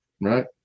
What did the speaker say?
Right